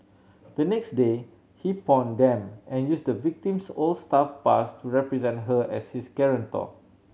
the next day he pawned them and used the victim's old staff pass to represent her as his guarantor